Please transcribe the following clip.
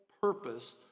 purpose